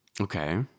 Okay